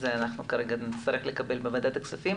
נצטרך לקבל מוועדת הכספים